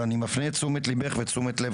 אבל אני מפנה את תשומת ליבך ואת תשומת לב